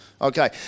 Okay